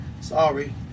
Sorry